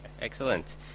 excellent